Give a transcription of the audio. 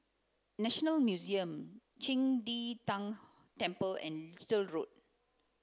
National Museum Qing De Tang Temple and Little Road